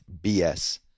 BS